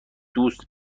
دوست